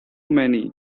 many